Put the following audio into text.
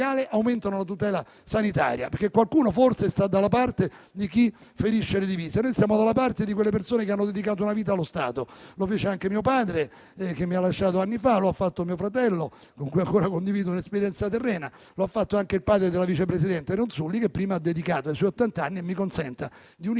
aumentano la tutela legale e sanitaria. Forse qualcuno sta dalla parte di chi ferisce le divise; noi stiamo dalla parte di quelle persone che hanno dedicato una vita allo Stato. Lo fece anche mio padre, che mi ha lasciato anni fa, e lo ha fatto anche mio fratello, con cui ancora condivido l'esperienza terrena. Lo ha fatto anche il padre della vice presidente Ronzulli, la quale prima ha dedicato a lui, che oggi compie